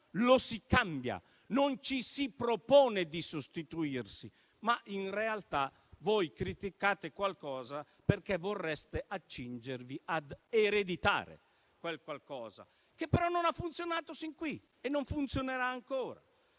lo si cambia, non si propone di sostituirsi ad esso. In realtà, voi criticate qualcosa perché vorreste accingervi a ereditare quel qualcosa, che però non ha funzionato sin qui e non funzionerà ancora.